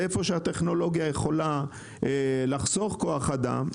היכן שהטכנולוגיה יכולה לחסוך כוח אדם,